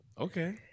Okay